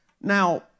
Now